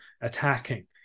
attacking